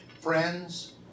friends